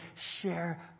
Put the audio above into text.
share